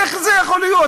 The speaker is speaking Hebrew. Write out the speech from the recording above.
איך זה יכול להיות?